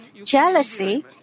Jealousy